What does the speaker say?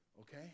Okay